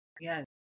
Yes